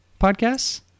podcasts